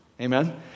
Amen